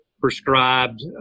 prescribed